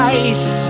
ice